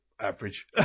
average